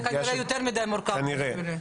זה כנראה יותר מידי מורכב בשבילי.